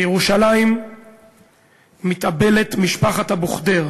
בירושלים מתאבלת משפחת אבו ח'דיר